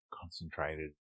concentrated